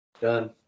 Done